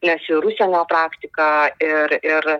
nes ir užsienio praktika ir ir